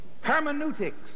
Hermeneutics